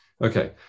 Okay